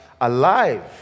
alive